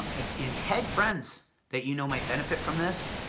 ah and tag friends that you know might benefit from this,